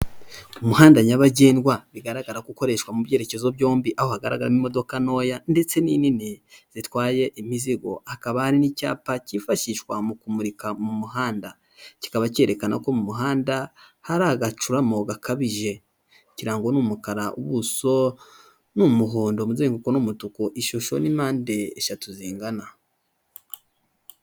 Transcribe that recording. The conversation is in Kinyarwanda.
Umuhanda nyabagendwa bigaragara ko ukoreshwa mu byerekezo byombi aho hagaragaramo imodoka ntoya ndetse n'inini zitwaye imizigo, hakaba hari n'icyapa kifashishwa mu kumurika mu muhanda, kikaba cyerekana ko mu muhanda hari agacuramo gakabije, kirangwa ni umukara, ubuso ni umuhondo, umuzenguko ni umutuku, ishusho n'impande eshatu zingana.